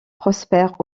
prospère